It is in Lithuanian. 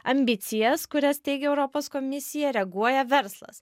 ambicijas kurias teigia europos komisija reaguoja verslas